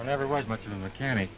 i never was much of a mechanic